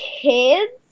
kids